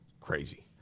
Crazy